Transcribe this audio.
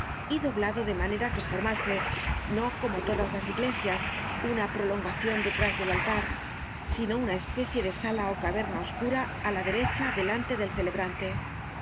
y doblado de manera que formase no como todas las iglesias una prolongacion detrás del altar sino una especie de sala ó caverna oscura á la derecha delante del celebrante